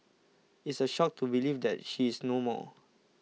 it's a shock to believe that she is no more